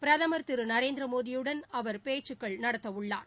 பிரதமர் திரு நரேந்திர மோடியுடன் அவர் பேச்சு நடத்தவுள்ளார்